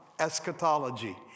eschatology